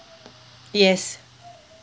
yes